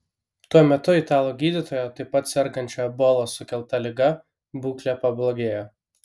tuo metu italų gydytojo taip pat sergančio ebolos sukelta liga būklė pablogėjo